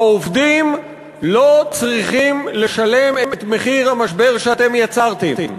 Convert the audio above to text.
העובדים לא צריכים לשלם את מחיר המשבר שאתם יצרתם.